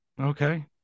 Okay